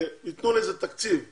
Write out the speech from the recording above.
יתנו לזה תקציב בישראל,